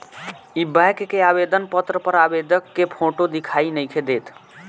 इ बैक के आवेदन पत्र पर आवेदक के फोटो दिखाई नइखे देत